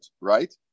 right